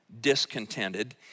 discontented